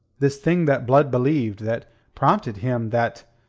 this thing that blood believed, that prompted him, that.